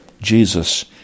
Jesus